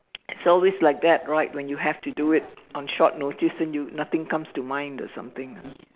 it's always like that right when you have to do it on short notice and you nothing comes to mind or something